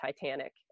Titanic